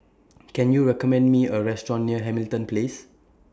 Can YOU recommend Me A Restaurant near Hamilton Place